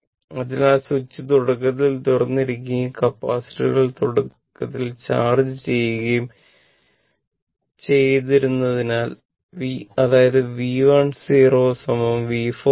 അതിനാൽ സ്വിച്ച് തുടക്കത്തിൽ തുറന്നിരിക്കുകയും കപ്പാസിറ്ററുകൾ തുടക്കത്തിൽ ചാർജ് ചെയ്യാതിരിക്കുകയും ചെയ്തിരുന്നെങ്കിൽ അതായത് V 1 0 V 4 0 0